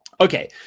Okay